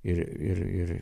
ir ir ir